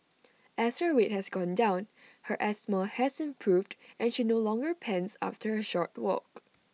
as her weight has gone down her asthma has improved and she no longer pants after A short walk